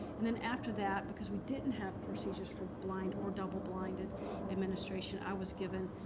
and then, after that because we didn't have procedures for blind or double-blinded administration i was given